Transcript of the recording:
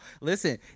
Listen